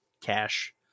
cash